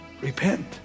Repent